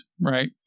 Right